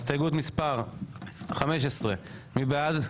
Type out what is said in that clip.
הסתייגות מספר 47, מי בעד?